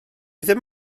ddim